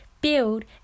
build